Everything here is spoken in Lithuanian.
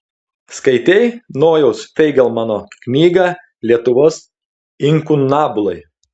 skaitei nojaus feigelmano knygą lietuvos inkunabulai